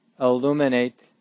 Illuminate